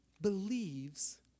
believes